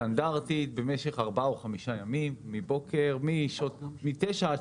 סטנדרטית במשך ארבעה או חמישה ימים משעה 09:00 עד